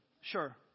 Sure